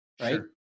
right